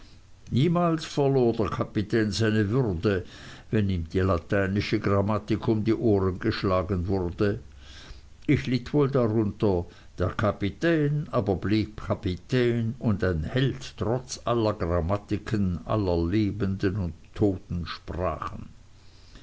niemals verlor der kapitän seine würde wenn ihm die lateinische grammatik um die ohren geschlagen wurde ich litt wohl darunter der kapitän aber blieb kapitän und ein held trotz aller grammatiken aller lebenden und toten sprachen